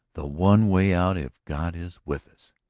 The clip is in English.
the one way out if god is with us.